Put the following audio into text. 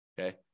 okay